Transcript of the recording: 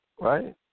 right